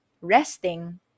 resting